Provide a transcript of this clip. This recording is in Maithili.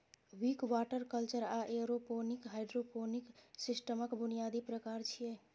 विक, वाटर कल्चर आ एयरोपोनिक हाइड्रोपोनिक सिस्टमक बुनियादी प्रकार छियै